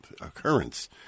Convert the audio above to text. occurrence